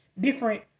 different